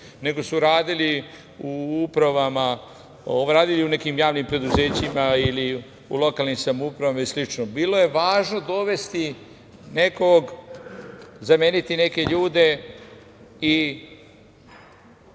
nego su radili u upravama, radili su u nekim javnim preduzećima ili lokalnim samoupravama i slično. Bilo je važno dovesti nekog, zameniti neke ljude i